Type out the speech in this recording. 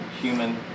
human